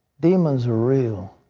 demons are real.